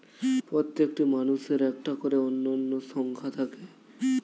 প্রত্যেকটি মানুষের একটা করে অনন্য সংখ্যা থাকে